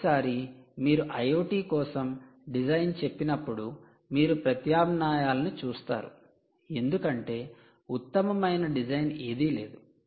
ప్రతిసారీ మీరు IoT కోసం డిజైన్ చెప్పినప్పుడు మీరు ప్రత్యామ్నాయాలను చూస్తారు ఎందుకంటే ఉత్తమమైన డిజైన్ ఏదీ లేదు